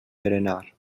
berenar